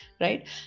right